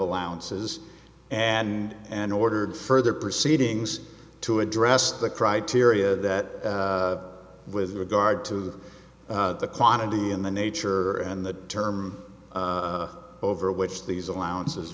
allowances and an ordered further proceedings to address the criteria that with regard to the quantity in the nature and the term over which these allowances